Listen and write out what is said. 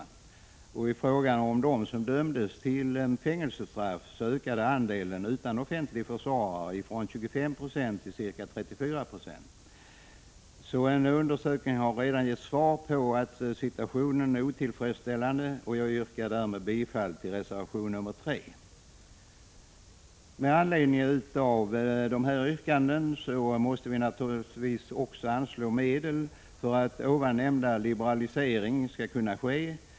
I fråga om dem som dömdes till fängelsestraff ökade andelen utan offentlig försvarare från 25 96 till ca 34 26. En undersökning har alltså redan gett besked om att situationen är otillfredsställande, och jag yrkar därför bifall till reservation 3. Med anledning av dessa yrkanden måste man naturligtvis också anslå medel för att den nämnda liberaliseringen skall kunna ske.